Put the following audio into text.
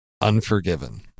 Unforgiven